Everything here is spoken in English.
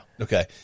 Okay